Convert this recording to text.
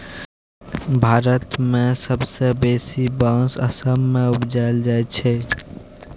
भारत मे सबसँ बेसी बाँस असम मे उपजाएल जाइ छै